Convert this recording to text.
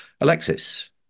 Alexis